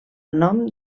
nom